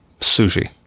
Sushi